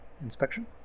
inspection